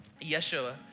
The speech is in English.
Yeshua